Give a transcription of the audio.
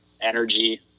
energy